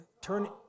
Turn